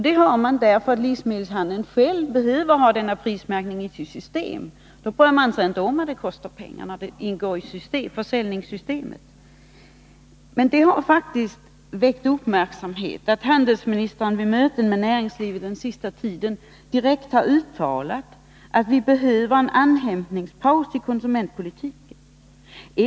Det har man därför att livsmedelshandeln själv behöver ha denna prismärkning för sitt försäljningssystem. Man bryr sig inte om att det kostar pengar när det ingår i försäljningssystemet. Det har faktiskt väckt uppmärksamhet att handelsministern vid möten med näringslivet den senaste tiden direkt har uttalat att vi behöver en andhämtningspaus i konsumentpolitiken.